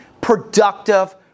productive